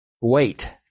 wait